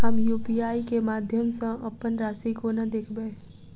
हम यु.पी.आई केँ माध्यम सँ अप्पन राशि कोना देखबै?